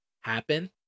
happen